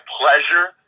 pleasure